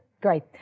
Great